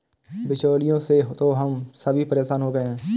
बिचौलियों से तो हम सभी परेशान हो गए हैं